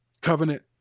covenant